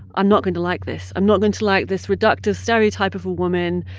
i'm not going to like this. i'm not going to like this reductive stereotype of a woman,